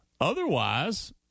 Otherwise